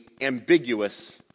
ambiguous